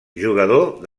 jugador